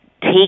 take